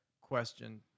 question